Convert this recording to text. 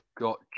got